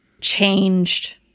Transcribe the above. changed